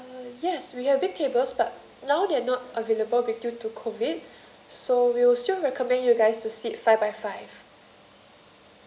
uh yes we have big tables but now they are not available with due to COVID so we'll still recommend you guys to sit five by five